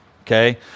Okay